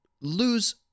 lose